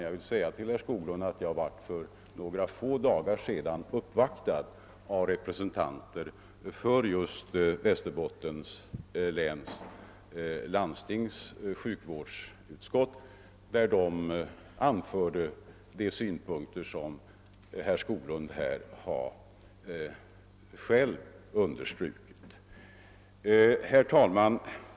Jag vill emellertid nämna för herr Skoglund att jag för några få dagar sedan uppvaktades av representanter för just Västerbottens läns landstings sjukvårdsstyrelse, som anförde de synpunkter som herr Skoglund här har understrukit. Herr talman!